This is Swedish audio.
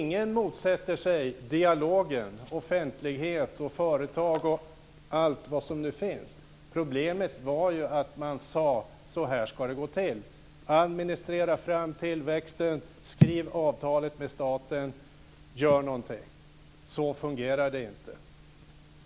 Ingen motsätter sig dialogen offentlighet-företag, t.ex. Problemet var att man sade hur det skulle gå till: Administrera fram tillväxten, skriv avtalet med staten och gör någonting. Så fungerar det inte.